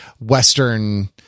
Western